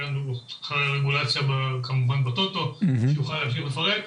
סמנכ"ל הרגולציה בטוטו, שיוכל להמשיך לפרט.